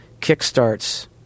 kickstarts